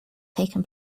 taken